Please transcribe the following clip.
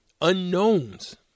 unknowns